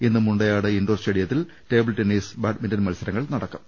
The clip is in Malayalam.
ഇന്ന് മുണ്ടയാട് ഇൻഡോർ സ്റ്റേഡിയത്തിൽ ടേബിൾ ടെന്നീസ് ബാഡ് മിൻഡൻ മത്സരങ്ങൾ നടക്കും